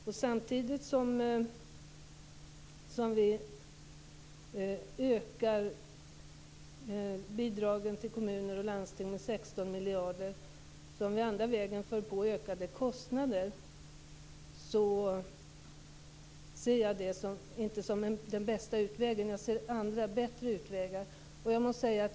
Att samtidigt som vi ökar bidragen till kommuner och landsting med 16 miljarder föra på dem ökade kostnader den andra vägen, ser jag inte som den bästa utvägen. Jag ser andra, bättre utvägar.